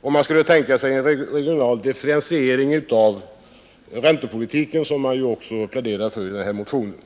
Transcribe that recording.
om man skall tänka sig en sådan regional differentiering av räntepolitiken som man pläderar för i motionen.